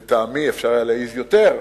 לטעמי, היה אפשר להעז יותר,